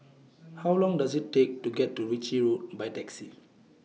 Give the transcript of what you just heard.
How Long Does IT Take to get to Ritchie Road By Taxi